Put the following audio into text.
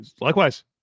Likewise